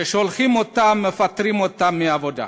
שולחים אותם, מפטרים אותם מהעבודה,